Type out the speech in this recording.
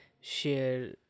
share